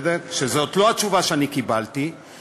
וזאת לא התשובה שאני קיבלתי,